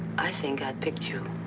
i think i'd pick you.